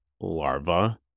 larva